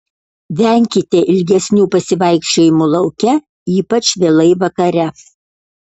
venkite ilgesnių pasivaikščiojimų lauke ypač vėlai vakare